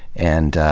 and